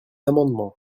amendement